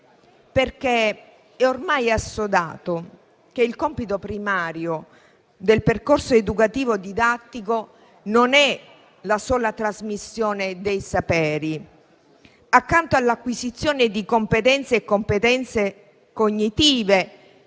senso. È ormai assodato che il compito primario del percorso educativo e didattico non è la sola trasmissione dei saperi e l'acquisizione di competenze cognitive